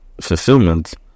fulfillment